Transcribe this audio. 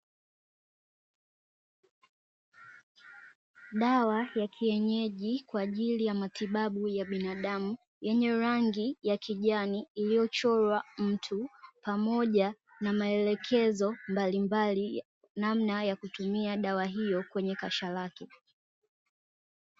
Dawa ya kienyeji kwa ajili ya matibabu ya binadamu yenye rangi ya kijani, iliyo chorwa mtu pamoja na maelekezo mbalimbali ya namna ya kutumia dawa hiyo kwenye kasha lake.